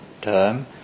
term